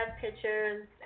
pictures